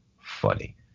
funny